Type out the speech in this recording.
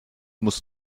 musst